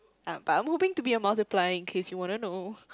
um but I moving to be a multiplying in case you wanna know